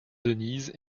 denise